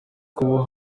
kuba